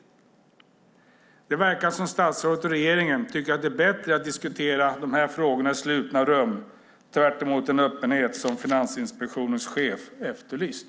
Det verkar som om statsrådet och regeringen tycker att det är bättre att diskutera dessa frågor i slutna rum, tvärt emot den öppenhet som Finansinspektionens chef efterlyst.